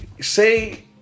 say